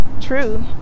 true